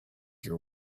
your